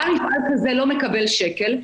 בעל מפעל כזה לא מקבל שקל,